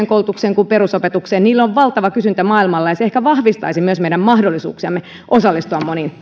koulutukseen kuin perusopetukseen niillä on valtava kysyntä maailmalla ja se ehkä vahvistaisi myös meidän mahdollisuuksiamme osallistua moniin